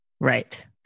Right